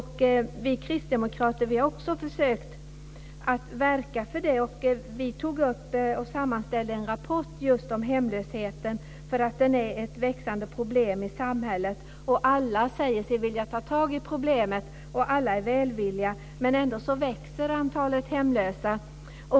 Vi kristdemokrater har också försökt verka för det. Vi sammanställde en rapport just om hemlösheten därför att den är ett växande problem i samhället. Alla säger sig vilja ta tag i problemet, och alla är välvilliga, men ändå växer antalet hemlösa.